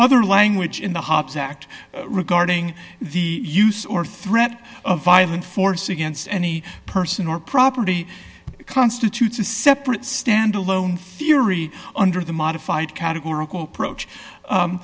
other language in the hobbs act regarding the use or threat of violent force against any person or property constitutes a separate stand alone theory under the modified categorical approach